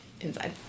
inside